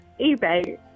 eBay